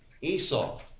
Esau